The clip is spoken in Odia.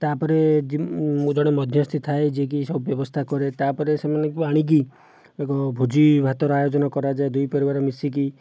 ତା'ପରେ ଜଣେ ମଧ୍ୟସ୍ଥି ଥାଏ ଯିଏକି ସବୁ ବ୍ୟବସ୍ଥା କରେ ତା'ପରେ ସେମାନଙ୍କୁ ଆଣିକି ଏକ ଭୋଜି ଭାତର ଆୟୋଜନ କରାଯାଏ ଦୁଇ ପରିବାର ମିଶିକି